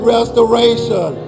Restoration